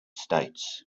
states